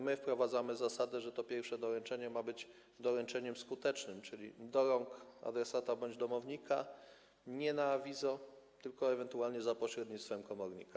My wprowadzamy zasadę, że to pierwsze doręczenie ma być doręczeniem skutecznym, czyli do rąk adresata bądź domownika, nie na awizo, tylko ewentualnie za pośrednictwem komornika.